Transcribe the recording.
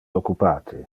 occupate